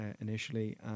initially